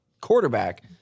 quarterback